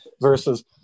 versus